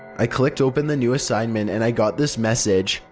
i clicked open the new assignment and i got this message.